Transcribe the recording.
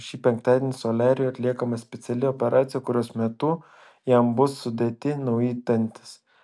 šį penktadienį soliariui atliekama speciali operacija kurios metu jam bus sudėti nauji dantys